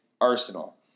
Arsenal